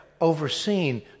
overseen